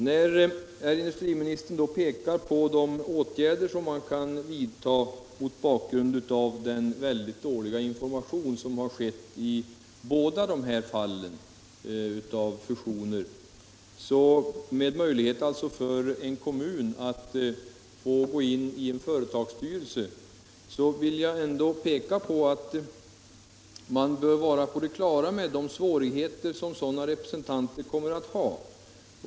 När industriministern mot bakgrund av den mycket dåliga information som skett i båda de här fallen av fusioner pekar på åtgärder som ger möjlighet för en kommun att bli representerad i en företagsstyrelse, vill jag säga att man bör vara på det klara med de svårigheter som sådana representanter kommer att få.